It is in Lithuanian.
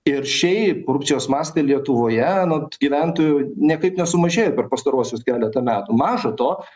ir šiaip korupcijos mastai lietuvoje anot gyventojų niekaip nesumažėjo per pastaruosius keletą metų maža to